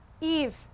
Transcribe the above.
Eve